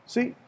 See